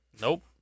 Nope